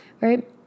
Right